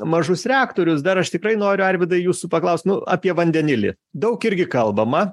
mažus reaktorius dar aš tikrai noriu arvydai jūsų paklaust nu apie vandenilį daug irgi kalbama